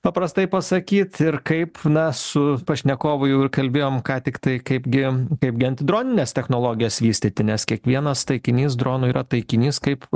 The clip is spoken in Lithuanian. paprastai pasakyti ir kaip na su pašnekovu jau kalbėjom ką tiktai kaipgi kaipgi antidronines technologijas vystyti nes kiekvienas taikinys dronui yra taikinys kaip